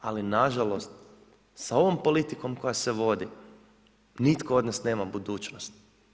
Ali na žalost sa ovom politikom koja se vodi nitko od nas nema budućnost.